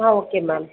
ah okay ma'am